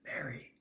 Mary